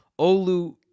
Olu